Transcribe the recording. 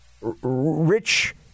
Rich